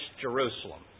Jerusalem